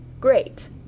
GREAT